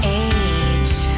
age